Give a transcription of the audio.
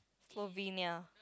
Slovenia